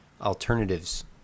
alternatives